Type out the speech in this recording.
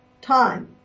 time